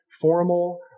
formal